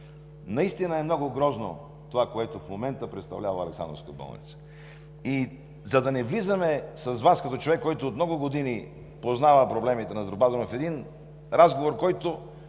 Наистина е много грозно това, което в момента представлява Александровска болница. И за да не влизаме с Вас, като човек, който от много години познава проблемите на здравеопазването, в един разговор, то